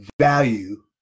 value